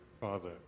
father